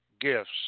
gifts